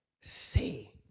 say